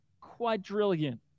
quadrillion